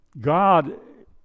God